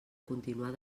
continuar